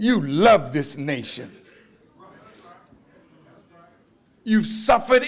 you love this nation you suffered